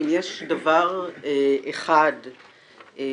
אם יש דבר אחד ודאי